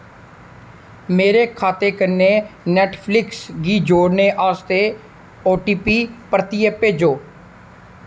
मेरे खाते कन्नै नैट्टफ्लिक्स गी जोड़ने आस्तै ओटीपी परतियै भेजो